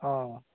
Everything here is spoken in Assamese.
অঁ